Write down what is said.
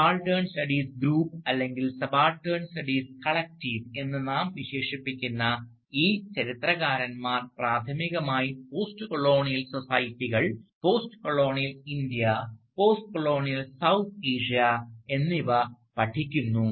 subaltern studies group അല്ലെങ്കിൽ subaltern studies collective എന്ന് നാം വിശേഷിപ്പിക്കുന്ന ഈ ചരിത്രകാരന്മാർ പ്രാഥമികമായി പോസ്റ്റ്കൊളോണിയൽ സൊസൈറ്റികൾ postcolonial India postcolonial South Asia എന്നിവ പഠിക്കുന്നു